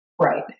Right